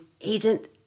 agent